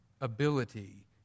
ability